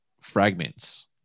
fragments